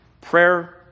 Prayer